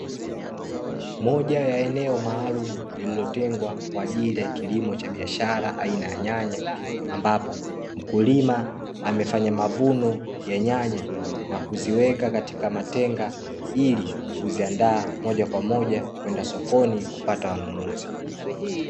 Moja ya eneo malumu lililotengwa kwaajili ya kilimo cha biashara aina ya nyanya, ambapo mkulima amefanya mavuno ya nyanya na kuziweka katika matenga, ili kuziandaa moja kwa moja kwenda sokoni kupata wanunuzi.